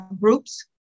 groups